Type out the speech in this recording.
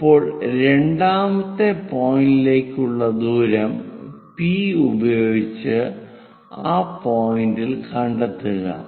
ഇപ്പോൾ രണ്ടാമത്തെ പോയിന്റിലേക്കുള്ള ദൂരം പി ഉപയോഗിച്ച് ആ പോയിന്റിൽ കണ്ടെത്തുക